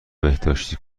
بهداشتی